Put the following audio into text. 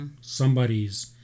Somebody's